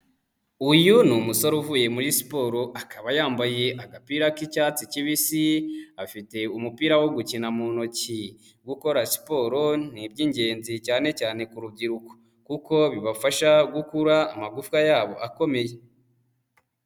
Uyu ni umusore uvuye muri siporo akaba yambaye agapira k'icyatsi kibisi, afite umupira wo gukina mu ntoki, gukora siporo ni iby'ingenzi cyane cyane ku rubyiruko, kuko bibafasha gukura amagufwa yabo akomeye.